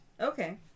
Okay